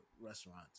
restaurants